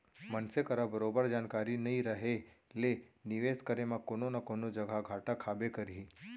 मनसे करा बरोबर जानकारी नइ रहें ले निवेस करे म कोनो न कोनो जघा घाटा खाबे करही